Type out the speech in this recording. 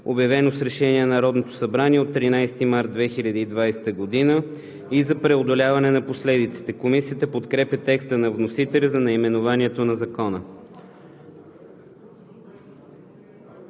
обявено с решение на Народното събрание от 13 март 2020 г., и за преодоляване на последиците (обн., ДВ, бр. …)“. Комисията подкрепя текста на вносителя за наименованието на Закона.